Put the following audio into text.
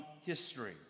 history